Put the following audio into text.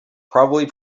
probably